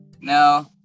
No